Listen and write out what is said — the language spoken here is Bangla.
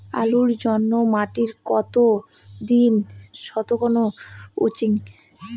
আলুর জন্যে মাটি কতো দিন শুকনো উচিৎ?